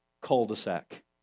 cul-de-sac